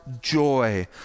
joy